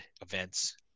events